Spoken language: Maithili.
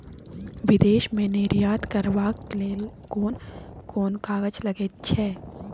विदेश मे निर्यात करबाक लेल कोन कोन कागज लगैत छै